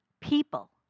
people